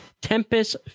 Tempest